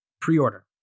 pre-order